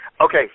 Okay